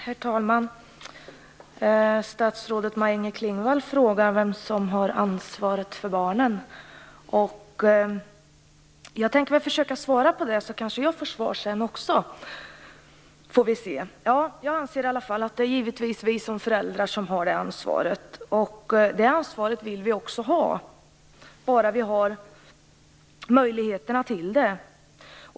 Herr talman! Statsrådet frågar vem som har ansvaret för barnen. Jag skall försöka svara på den frågan, så kanske jag också får ett svar sedan. Jag anser att det givetvis är vi föräldrar som har det ansvaret. Vi vill också ha det ansvaret, bara vi har möjligheterna att ta det.